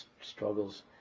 struggles